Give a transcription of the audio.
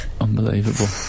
Unbelievable